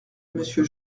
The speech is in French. monsieur